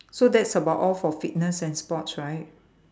so that's about all for fitness and sports right